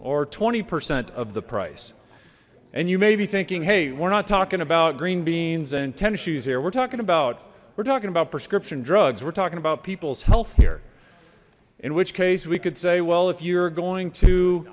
or twenty percent of the price and you may be thinking hey we're not talking about green beans and tennis shoes here we're talking about we're talking about prescription drugs we're talking about people's health care in which case we could say well if you're going to